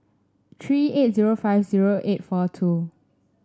three eight zero five zero eight four two